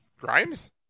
Grimes